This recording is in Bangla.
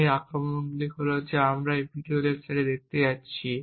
তাই এই আক্রমণগুলি হল যা আমরা এই ভিডিও লেকচারে দেখতে যাচ্ছি